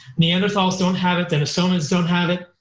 neanderthals don't have it, denisovans don't have it.